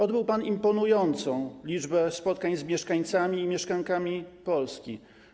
Odbył pan imponującą liczbę spotkań z mieszkańcami i mieszkankami Polski.